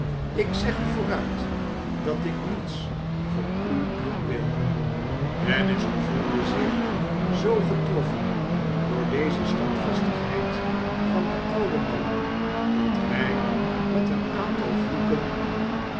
ik zeg u vooruit dat ik niets voor u doen wil dennis gevoelde zich zoo getroffen door deze standvastigheid van den ouden man dat hij met een aantal vloeken